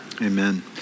Amen